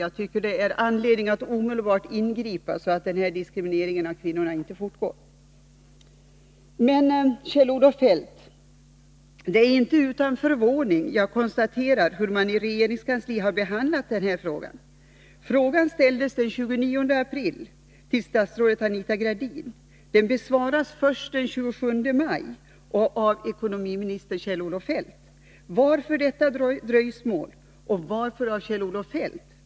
Jag tycker att det finns anledning att omedelbart ingripa så att diskrimineringen inte fortgår. Det är inte utan förvåning jag konstaterar, hur man i regeringskansliet har behandlat min fråga. Frågan ställdes den 29 april till statsrådet Anita Gradin. Den besvaras först den 27 maj och då av finansminister Kjell-Olof Feldt. Varför detta dröjsmål och varför av Kjell-Olof Feldt?